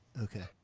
Okay